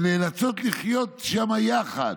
"ונאלצות לחיות שם יחד".